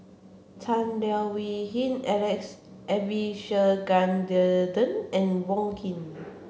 Tan Leo Wee Hin Alex Abisheganaden and Wong Keen